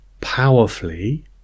powerfully